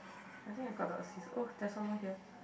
I think I got the assist oh there's one more here